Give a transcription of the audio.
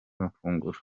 mafunguro